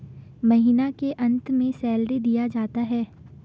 महीना के अंत में सैलरी दिया जाता है